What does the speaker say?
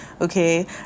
okay